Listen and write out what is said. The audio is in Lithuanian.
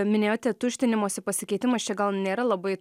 minėjote tuštinimosi pasikeitimas čia gal nėra labai